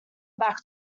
back